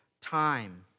time